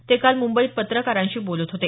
ते काल मुंबईत पत्रकारांशी बोलत होते